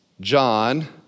John